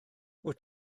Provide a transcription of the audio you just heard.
wyt